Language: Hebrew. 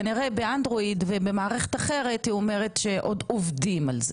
כנראה באנדרואיד ובמערכת אחרת היא אומרת שעוד עובדים על זה,